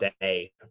day